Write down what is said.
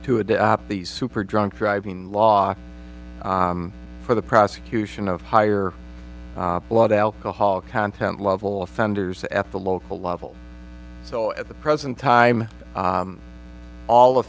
to adapt these super drunk driving laws for the prosecution of higher blood alcohol content level offenders at the local level so at the present time all